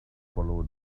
follow